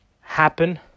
happen